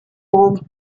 month